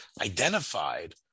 identified